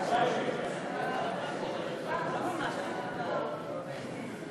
למה תקציב דו-שנתי עוד פעם זה דבר טוב לישראל.